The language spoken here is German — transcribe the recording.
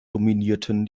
dominierten